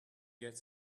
get